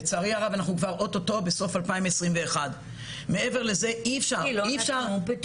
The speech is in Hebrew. לצערי הרב אנחנו כבר אוטוטו בסוף 2021. כי לא נתנו פתרונות.